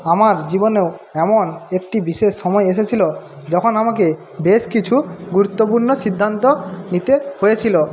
আমার জীবনেও এমন একটি বিশেষ সময় এসেছিল যখন আমাকে বেশ কিছু গুরুত্বপূর্ণ সিদ্ধান্ত নিতে হয়েছিল